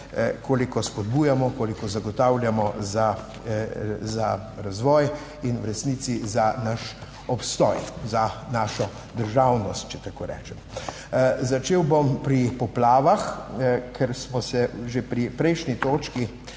koliko spodbujamo, koliko zagotavljamo za razvoj in v resnici za naš obstoj, za našo državnost, če tako rečem. Začel bom pri poplavah, ker smo se že pri prejšnji točki